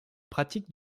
pratique